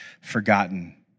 Forgotten